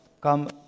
come